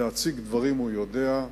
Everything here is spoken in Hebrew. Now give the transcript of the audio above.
להציג דברים הוא יודע.